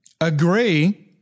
agree